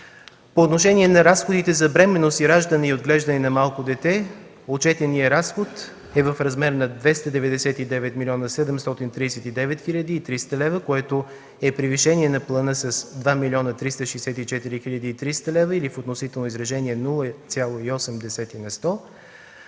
По отношение на разходите за бременност, раждане и отглеждане на малко дете – отчетеният разход е в размер на 299 млн. 739 хил. и 300 лева, което е превишение на плана с 2 млн. 364 хил. и 300 лева или в относително изражение 0,8 на сто.